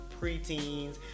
preteens